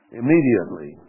immediately